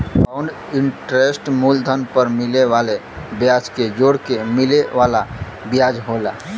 compound interest मूलधन पर मिले वाले ब्याज के जोड़के मिले वाला ब्याज होला